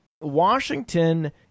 Washington